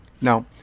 Now